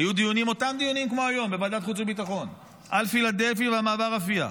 היו אותם דיונים כמו היום בוועדת חוץ וביטחון על פילדלפי ועל מעבר רפיח.